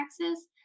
taxes